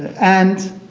and